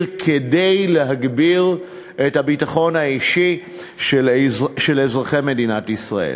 כדי להגביר את הביטחון האישי של אזרחי מדינת ישראל.